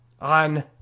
on